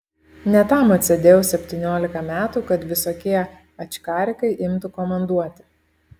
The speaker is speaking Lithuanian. ne tam atsėdėjau septyniolika metų kad visokie ačkarikai imtų komanduoti